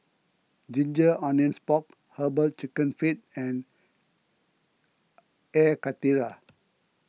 Ginger Onions Pork Herbal Chicken Feet and Air Karthira